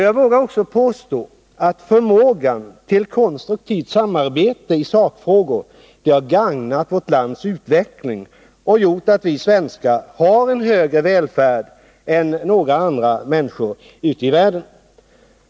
Jag vågar också påstå att förmågan till konstruktivt samarbete i sakfrågor har gagnat vårt lands utveckling och gjort att vi svenskar har en högre välfärd än några andra människor ute i världen.